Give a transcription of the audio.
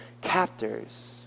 captors